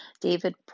David